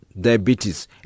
diabetes